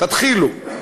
תתחילו.